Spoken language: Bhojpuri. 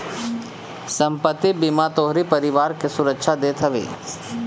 संपत्ति बीमा तोहरी परिवार के सुरक्षा देत हवे